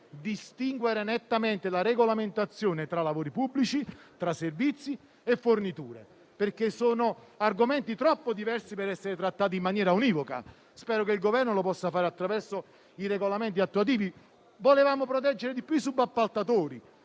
distinguere nettamente la regolamentazione tra lavori pubblici, servizi e forniture, perché sono argomenti troppo diversi per essere trattati in maniera univoca. Spero che il Governo lo possa fare attraverso i regolamenti attuativi. Volevamo proteggere maggiormente i subappaltatori: